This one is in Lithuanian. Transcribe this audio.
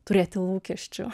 turėti lūkesčių